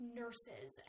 nurses